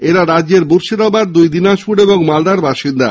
এরা রাজ্যের মুর্শিদাবাদ দুই দিনাজপুর এবং মালদার বাসিন্দা